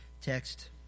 text